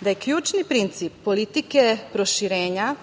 da je ključni princip politike proširenja